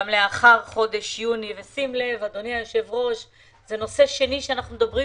גם לאחר חודש יוני, זה הנושא השני שאנחנו מדברים